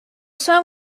song